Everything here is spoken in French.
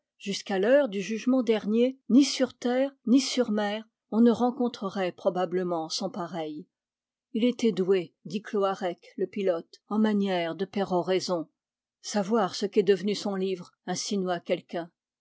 jusqu'à l'heure du jugement dernier ni sur terre ni sur mer on ne rencontrerait probablement son pareil il était doué dit cloarec le pilote en manière de péroraison savoir ce qu'est devenu son livre insinua quelqu'un